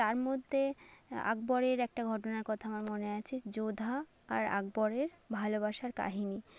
তার মধ্যে আকবরের একটা ঘটনার কথা আমার মনে আছে যোধা আর আকবরের ভালোবাসার কাহিনি